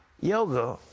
yoga